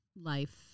life